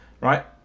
right